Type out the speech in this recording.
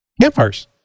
campfires